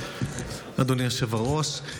אדוני היושב-ראש,